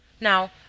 Now